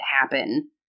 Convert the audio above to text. happen